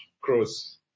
cross